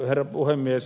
herra puhemies